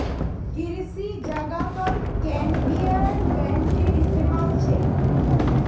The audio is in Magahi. कृषि जगतत कन्वेयर बेल्टेर इस्तमाल छेक